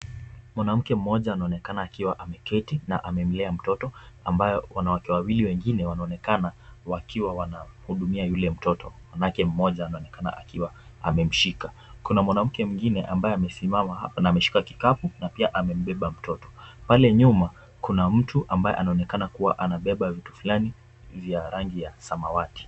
Mwanamke mmoja anaonekana akiwa ameketi na amemlea mtoto, ambaye wanawake wengine wawili wanaonekana wakiwa wanamhudumia yule mtoto, mwanamke mmoja anaonekana akiwa amemshika. Kuna mwanamke mwengine ambaye amesimama na ameshika kikapu, na pia amebeba mtoto. Pale nyuma kuna mtu ambaye anaonekana akibeba vitu fulani ambazo ni za rangi ya samwati.